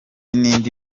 n’indi